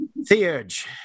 Theurge